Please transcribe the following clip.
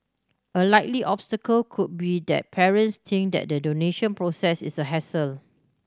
a likely obstacle could be that parents think that the donation process is a hassle